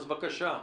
אז בבקשה.